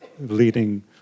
leading